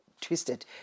twisted